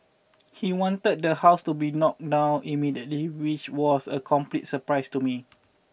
he wanted the house to be knocked down immediately which was a complete surprise to me